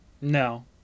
no